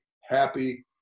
happy